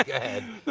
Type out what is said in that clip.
like ahead.